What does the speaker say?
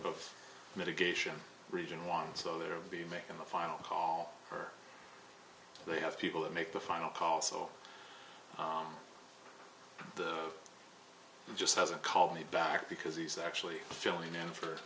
of mitigation region one so there will be making the final call or they have people that make the final call so just hasn't called me back because he's actually filling in for